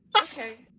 Okay